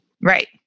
Right